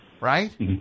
right